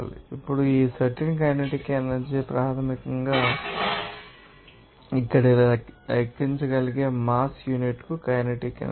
ఇప్పుడు ఈ certain kinetic energy ప్రాథమికంగా మీరు ఇక్కడ లెక్కించగలిగే మాస్ యూనిట్కు కైనెటిక్ ఎనర్జీ